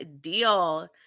deal